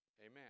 Amen